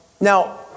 Now